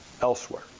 elsewhere